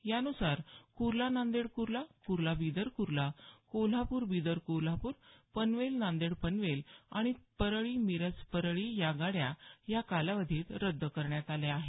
यानुसार कुर्ला नांदेड कुर्ला कुर्ला बीदर कुर्ला कोल्हापूर बीदर कोल्हापूर पनवेल नांदेड पनवेल आणि परळी मिरज परळी या गाड्या या कालावधीत रद्द करण्यात आल्या आहेत